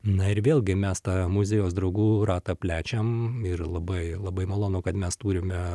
na ir vėlgi mes tą muziejaus draugų ratą plečiam ir labai labai malonu kad mes turime